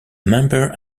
member